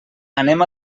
anem